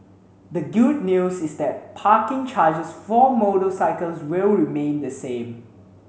the good news is that parking charges for motorcycles will remain the same